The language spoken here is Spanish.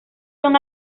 son